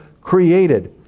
created